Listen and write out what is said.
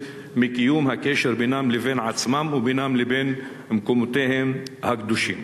מקיום הקשר בינם לבין עצמם ובינם לבין מקומותיהם הקדושים,